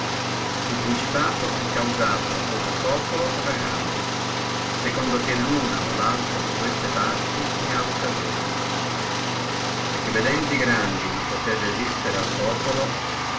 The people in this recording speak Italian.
el principato è causato o dal populo o da grandi secondo che luna o laltra di queste parti ne ha occasione perché vedendo e grandi non potere resistere al populo